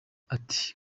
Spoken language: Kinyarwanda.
ati